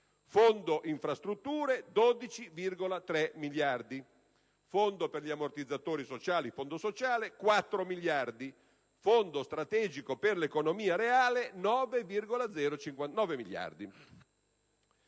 Fondo infrastrutture, 12,3 miliardi; Fondo per gli ammortizzatori sociali (Fondo sociale), 4 miliardi; Fondo strategico per l'economia reale, 9 miliardi.